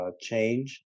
change